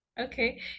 Okay